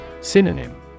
Synonym